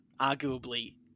arguably